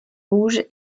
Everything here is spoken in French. rouge